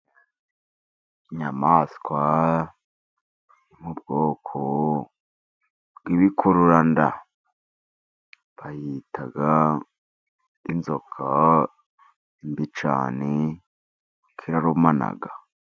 Inyayamaswa yo mu bwoko bw'ibikururanda. Bayita inzoka, ni mbi cyane, kuko irarumana.